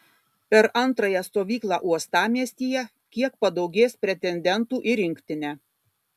per antrąją stovyklą uostamiestyje kiek padaugės pretendentų į rinktinę